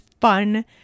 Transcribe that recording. fun